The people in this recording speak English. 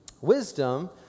Wisdom